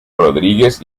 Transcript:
rodríguez